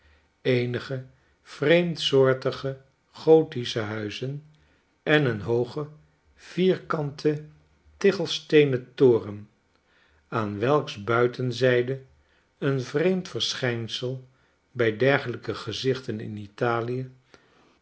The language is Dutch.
eenige vreemdsoortige gothische huizen en een hoogen vierkanten tichelsteenentoren aan wdks buitenz ij d e een vreemd verschijnsel bij dergelijke gezichten in italie